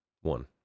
one